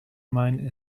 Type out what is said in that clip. mine